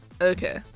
okay